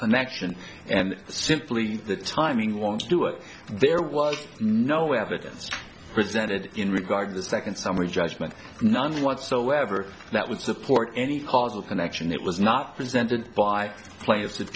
connection and simply the timing want to do it there was no evidence presented in regard to the second summary judgment none whatsoever that would support any causal connection it was not presented by pla